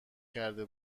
کرده